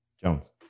Jones